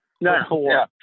No